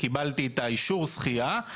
קיבלתי את אישור הזכייה,